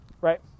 Right